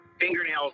fingernails